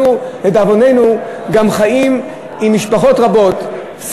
לדאבוננו אנחנו גם חיים עם משפחות רבות,